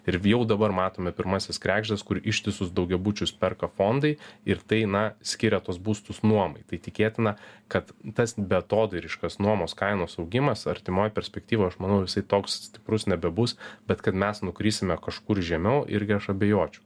ir jau dabar matome pirmąsias kregždes kur ištisus daugiabučius perka fondai ir tai na skiria tuos būstus nuomai tai tikėtina kad tas beatodairiškas nuomos kainos augimas artimoj perspektyvoj aš manau jisai toks stiprus nebebus bet kad mes nukrisime kažkur žemiau irgi aš abejočiau